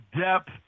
depth